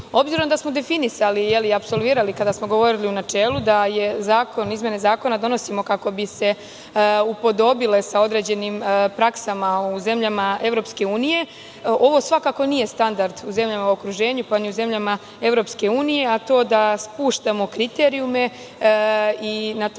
rešenje. Obzirom da smo definisali i apsolvirali, kada smo govorili u načelu, da izmene zakona donosimo kako bi se upodobile sa određenim praksama u zemljama EU, ovo svakako nije standard u zemljama u okruženju, pa ni u zemljama EU, to da spuštamo kriterijume i na taj